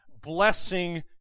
blessing